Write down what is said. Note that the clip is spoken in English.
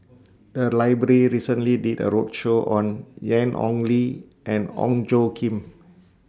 The Library recently did A roadshow on Ian Ong Li and Ong Tjoe Kim